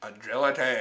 agility